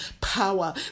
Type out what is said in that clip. power